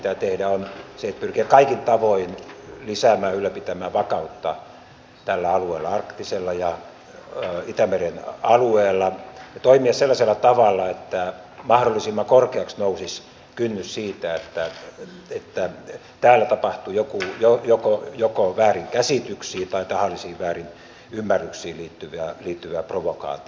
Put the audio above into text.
se on pyrkiä kaikin tavoin lisäämään ylläpitämään vakautta tällä alueella arktisella ja itämeren alueella ja toimia sellaisella tavalla että mahdollisimman korkeaksi nousisi kynnys sille että täällä tapahtuu jotakin joko väärinkäsityksiin tai tahallisiin väärinymmärryksiin liittyvää provokaatiota